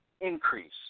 increase